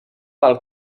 del